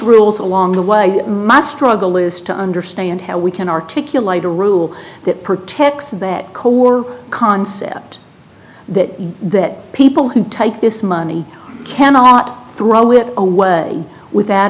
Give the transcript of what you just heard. rules along the way i must struggle is to understand how we can articulate a rule that protects that cold war concept that that people who take this money cannot throw it away without